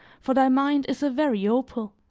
for thy mind is a very opal